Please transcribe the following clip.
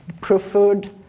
preferred